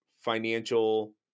financial